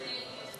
בקריאה ראשונה.